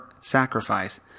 sacrifice